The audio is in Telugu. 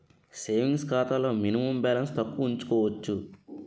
సేవింగ్స్ ఖాతాలో మినిమం బాలన్స్ తక్కువ ఉంచుకోవచ్చు